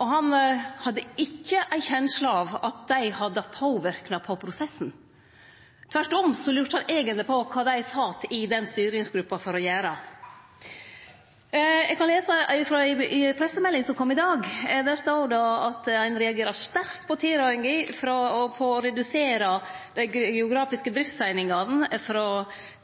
og han hadde ikkje ei kjensle av at dei hadde påverknad på prosessen. Tvert om lurte han eigentleg på kva dei sat i den styringsgruppa for å gjere. Eg kan lese frå ei pressemelding som kom i dag. Der står det at ein reagerer sterkt på tilrådinga om å redusere dei geografiske driftseiningane frå